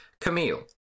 Camille